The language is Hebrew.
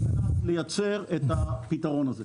כדי לייצר את הפתרון הזה.